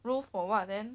roof or what then